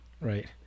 Right